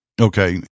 Okay